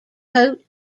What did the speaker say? coat